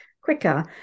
quicker